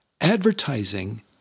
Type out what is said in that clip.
Advertising